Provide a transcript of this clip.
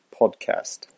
podcast